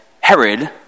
Herod